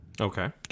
Okay